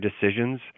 decisions